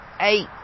eight